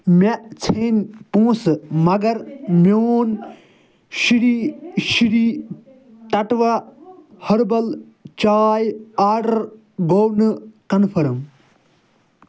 مےٚ ژھیٚنۍ پۄنٛسہٕ مگر میٛون شری شری ٹٹوا ہربل چاے آرڈر گوٚو نہٕ کنفٲرٕم